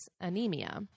anemia